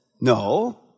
no